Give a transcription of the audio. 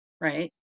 right